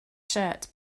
shirt